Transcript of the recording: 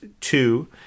two